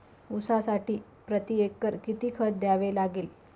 ऊसासाठी प्रतिएकर किती खत द्यावे लागेल?